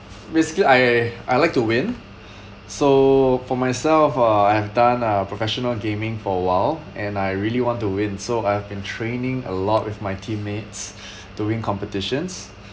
basically I I like to win so for myself uh I've done uh professional gaming for a while and I really want to win so I have been training a lot with my teammates doing competitions